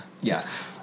Yes